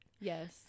yes